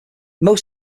most